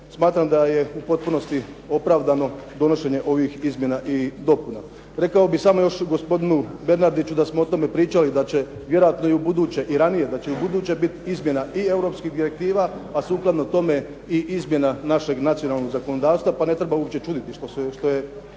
smatram da je u potpunosti opravdano donošenje ovih izmjena i dopuna. Rekao bih samo još gospodinu Bernardiću da smo o tome pričali da će vjerojatno i ubuduće i ranije da će ubuduće bit izmjena i europskih direktiva, a sukladno tome i izmjena našeg nacionalnog zakonodavstva pa ne treba uopće čuditi što je